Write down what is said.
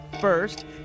First